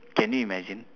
can you imagine